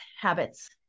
habits